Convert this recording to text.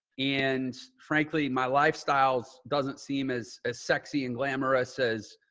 and frankly, my lifestyles doesn't seem as as sexy and glamorous says,